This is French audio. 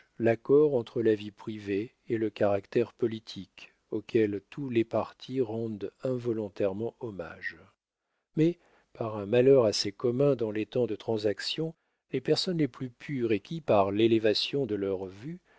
l'accord entre la vie privée et le caractère politique auxquels tous les partis rendent involontairement hommage mais par un malheur assez commun dans les temps de transaction les personnes les plus pures et qui par l'élévation de leurs vues